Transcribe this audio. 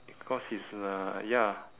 because he is uh like ya